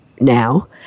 now